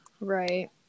Right